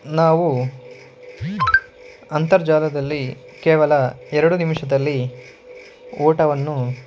ನಾವು ಅಂತರ್ಜಾಲದಲ್ಲಿ ಕೇವಲ ಎರಡು ನಿಮಿಷದಲ್ಲಿ ಊಟವನ್ನು